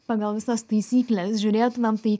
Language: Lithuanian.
pagal visas taisykles žiūrėtumėm tai